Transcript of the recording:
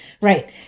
Right